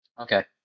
Okay